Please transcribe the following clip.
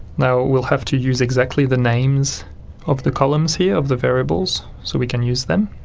now, we'll have to use exactly the names of the columns here, of the variables, so we can use them,